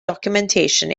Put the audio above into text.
documentation